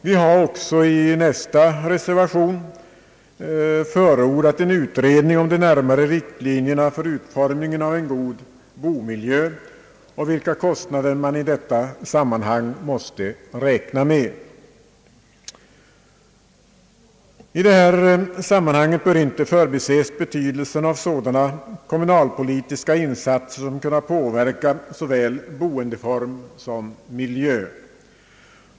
Vi har också i nästa reservation förordat en utredning om de närmare riktlinjerna för utformningen av en god bomiljö och vilka kostnader man i detta sammanhang måste räkna med. I detta sammanhang bör inte förbises betydelsen av sådana kommunalpolitiska insatser som kan påverka så väl boendeform som miljö.